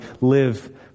live